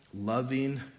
loving